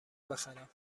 بخرم